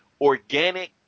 organic